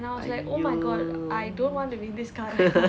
!aiyo!